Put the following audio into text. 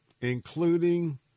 including